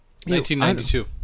1992